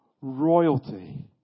royalty